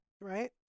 right